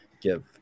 give